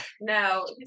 No